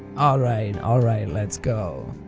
alright alright let's go.